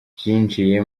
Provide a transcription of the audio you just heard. byinjiye